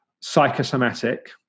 psychosomatic